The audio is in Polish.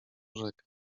rzekę